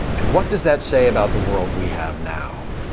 and what does that say about the world we have now?